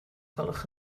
gwelwch